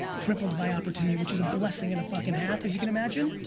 crippled by opportunity, which is a blessing-and-a-fuckin'-half, as you can imagine,